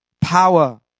power